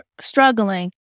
struggling